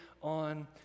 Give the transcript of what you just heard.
on